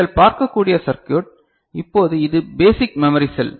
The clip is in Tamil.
நீங்கள் பார்க்கக்கூடிய சர்க்யுட் இப்போது இது பேசிக் மெமரி செல்